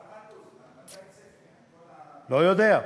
לא יודע.